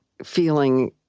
feeling